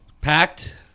Packed